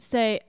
Say